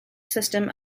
system